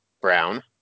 brown